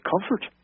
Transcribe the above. comfort